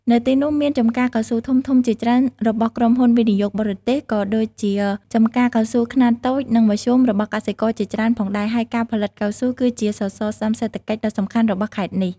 នៅទីនោះមានចំការកៅស៊ូធំៗជាច្រើនរបស់ក្រុមហ៊ុនវិនិយោគបរទេស ក៏ដូចជាចំការកៅស៊ូខ្នាតតូចនិងមធ្យមរបស់កសិករជាច្រើនផងដែរ ហើយការផលិតកៅស៊ូគឺជាសសរស្ដម្ភសេដ្ឋកិច្ចដ៏សំខាន់របស់ខេត្តនេះ។